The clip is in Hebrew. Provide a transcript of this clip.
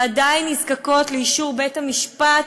ועדיין נזקקות לאישור בית-המשפט,